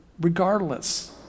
regardless